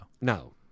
No